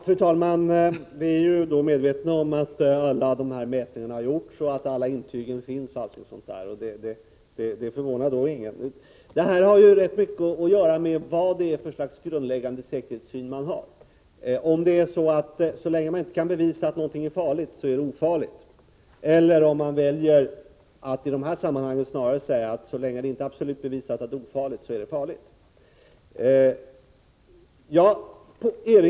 Fru talman! Vi är medvetna om att alla dessa mätningar har gjorts och att alla dessa intyg finns, osv. — och det förvånar ingen. Den här frågan har ju rätt mycket att göra med vad det är för grundläggande säkerhetssyn man har — om man anser att så länge det inte kan bevisas att någonting är farligt så är det ofarligt, eller om man väljer att i dessa sammanhang snarare säga att så länge det inte är absolut bevisat att det är ofarligt så är det farligt.